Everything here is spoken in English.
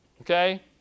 Okay